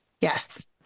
Yes